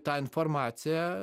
ta informacija